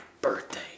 birthday